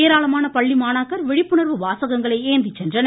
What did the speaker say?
ஏராளமான பள்ளி மாணாக்கர் விழிப்புணர்வு வாசகங்களை ஏந்திச்சென்றனர்